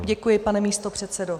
Děkuji, pane místopředsedo.